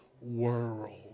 world